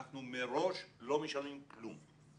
אתם מראש לא משלמים כלום.